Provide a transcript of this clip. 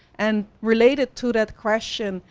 and related to that question,